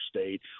state